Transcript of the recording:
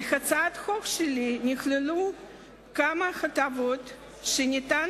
בהצעת החוק שלי נכללו כמה הטבות שניתן